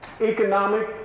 economic